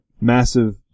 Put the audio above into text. Massive